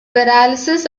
paralysis